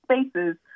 spaces